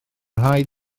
rhaid